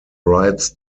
rights